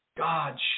God